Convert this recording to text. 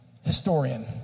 historian